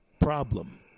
problem